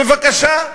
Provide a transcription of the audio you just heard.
בבקשה,